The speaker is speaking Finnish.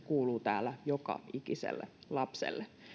kuuluu täällä joka ikiselle lapselle